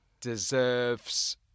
Deserves